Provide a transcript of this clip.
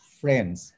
friends